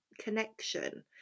connection